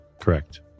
Correct